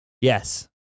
Yes